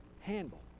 handle